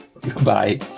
Goodbye